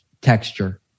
texture